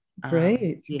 Great